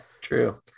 true